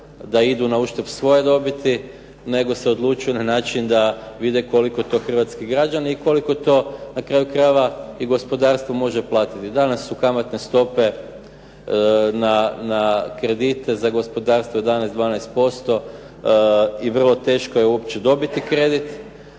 da idu na uštrb svoje dobiti, nego se odlučuju na način da vide koliko to hrvatski građani i koliko to na kraju krajeva i gospodarstvo može platiti. Danas su kamatne stope na kredite za gospodarstvo 11, 12% i vrlo teško je uopće dobiti kredit.